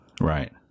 Right